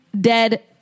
dead